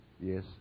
Yes